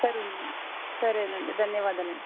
సరేనండి సరేనండి ధన్యవాదాలండి